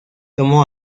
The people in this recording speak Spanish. tomó